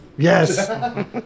Yes